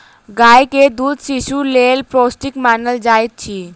गाय के दूध शिशुक लेल पौष्टिक मानल जाइत अछि